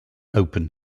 open